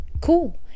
cool